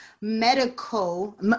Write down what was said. medical